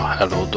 Hello